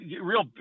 real